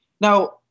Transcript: Now